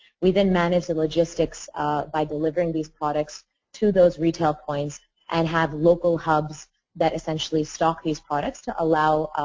we then manage a logistics by delivering these products to those retail point and have local hubs that essentially stock these products to allow,